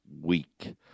week